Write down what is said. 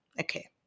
Okay